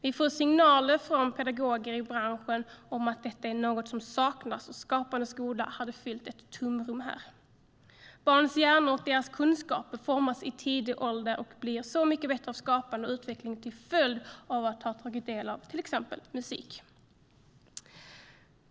Vi får signaler från pedagoger i branschen om att detta är något som saknas, och Skapande skola hade fyllt ett tomrum här. Barns hjärnor och kunskaper formas i tidig ålder och blir så mycket bättre av det skapande och den utveckling som sker när man tar del av till exempel musik.